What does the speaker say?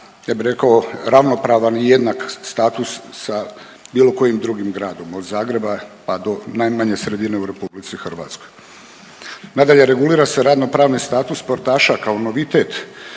ja bih rekao ravnopravan i jednak status sa bilo kojim drugim gradom od Zagreba pa do najmanje sredine u RH. Nadalje, regulira se radno pravno status sportaša kao novitet